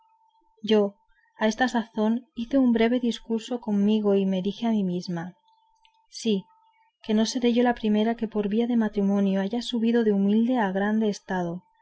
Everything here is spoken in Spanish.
yo a esta sazón hice un breve discurso conmigo y me dije a mí mesma sí que no seré yo la primera que por vía de matrimonio haya subido de humilde a grande estado